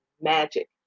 magic